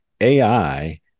AI